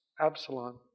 Absalom